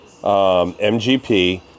MGP